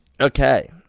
okay